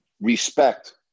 respect